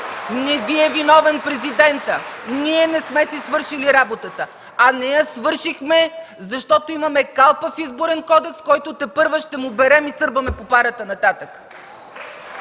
Не Ви е виновен президентът, ние не сме си свършили работата. Не я свършихме, защото имаме калпав Изборен кодекс, на който тепърва ще берем и ще сърбаме попарата нататък.